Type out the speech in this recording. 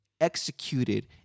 executed